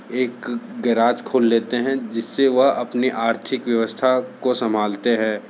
एक गैराज खोल लेते हैं जिससे वह अपने आर्थिक व्यवस्था को सम्भालते हैं